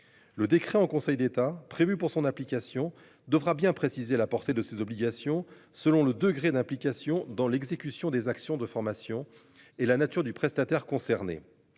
Le décret en Conseil d'État prévue pour son application devra bien préciser la portée de ses obligations selon le degré d'implication dans l'exécution des actions de formation et la nature du prestataire concernés.